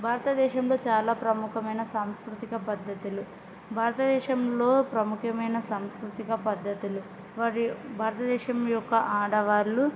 భారతదేశంలో చాలా ప్రముఖమైన సాంస్కృతిక పద్ధతులు భారతదేశంలో ప్రముఖ్యమైన సాంస్కృతిక పద్ధతులు వరి భారతదేశం యొక్క ఆడవాళ్ళు